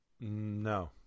No